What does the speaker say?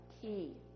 key